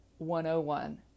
101